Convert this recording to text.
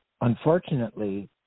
Unfortunately